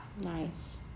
Nice